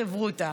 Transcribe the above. החברותא.